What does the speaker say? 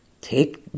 take